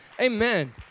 Amen